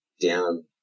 down